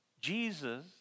Jesus